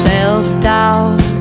Self-doubt